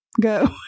go